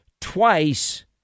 twice